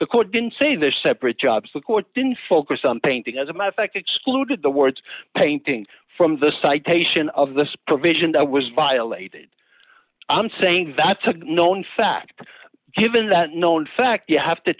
court didn't say they're separate jobs the court didn't focus on painting as a matter fact excluded the words painting from the citation of this provision that was violated i'm saying that's a known fact given that known fact you have to